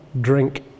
drink